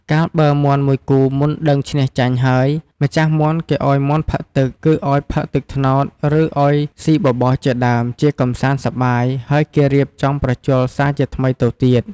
កាល បើមាន់មួយគូមុនដឹងឈ្នះចាញ់ហើយ ម្ចាស់មាន់គេឲ្យមាន់ផឹកទឹក គឺឲ្យផឹកទឹកត្នោត ឬឲ្យស៊ីបបរជាដើម ជាកម្សាន្ត សប្បាយ ហើយគេរៀបចំប្រជល់ សាជាថ្មីតទៅទៀត ។